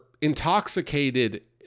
intoxicated